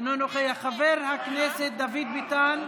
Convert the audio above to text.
אינו נוכח, חבר הכנסת דוד ביטן,